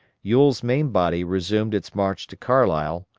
ewell's main body resumed its march to carlisle,